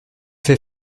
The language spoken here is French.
fait